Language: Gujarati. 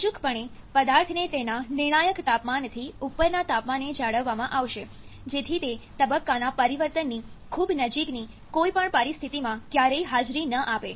અચૂકપણે પદાર્થને તેના નિર્ણાયક તાપમાનથી ઉપરના તાપમાને જાળવવામાં આવશે જેથી તે તબક્કાના પરિવર્તનની ખૂબ નજીકની કોઈપણ પરિસ્થિતિમાં ક્યારેય હાજરી ન આપે